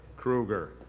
krueger,